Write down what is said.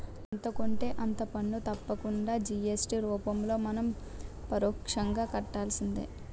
ఎంత కొంటే అంత పన్ను తప్పకుండా జి.ఎస్.టి రూపంలో మనం పరోక్షంగా కట్టాల్సిందే